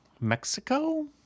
Mexico